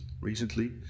recently